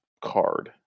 card